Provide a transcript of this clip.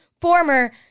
former